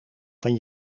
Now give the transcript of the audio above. van